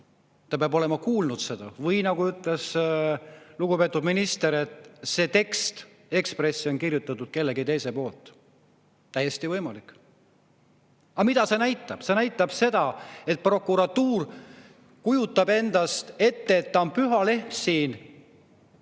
Ta peab olema kuulnud seda. Või, nagu ütles lugupeetud minister, on see tekst Ekspressi kirjutatud kellegi teise poolt. Täiesti võimalik. Aga mida see näitab? See näitab seda, et prokuratuur kujutab ette, et ta on siin